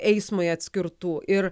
eismui atskirtų ir